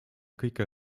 kõige